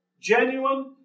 genuine